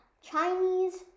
Chinese